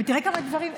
ותראה כמה דברים,